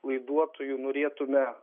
laiduotoju norėtume